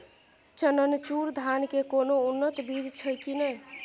चननचूर धान के कोनो उन्नत बीज छै कि नय?